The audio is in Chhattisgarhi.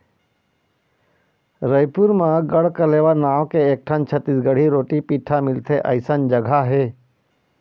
रइपुर म गढ़कलेवा नांव के एकठन छत्तीसगढ़ी रोटी पिठा मिलथे अइसन जघा हे